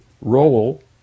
role